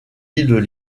îles